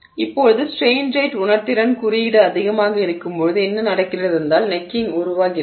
இப்போது strain rate உணர்திறன் குறியீடு அதிகமாக இருக்கும்போது என்ன நடக்கிறது என்றால் கழுத்து உருவாகிறது